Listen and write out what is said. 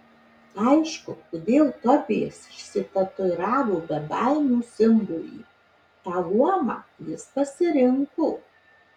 aišku kodėl tobijas išsitatuiravo bebaimių simbolį tą luomą jis pasirinko